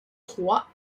trois